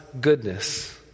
goodness